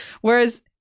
whereas